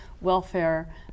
welfare